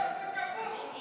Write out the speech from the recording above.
סינגפור.